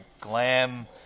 glam